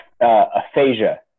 aphasia